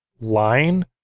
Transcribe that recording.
line